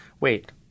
Wait